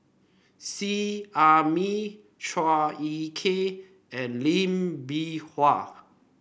Seet Ai Mee Chua Ek Kay and Lee Bee Wah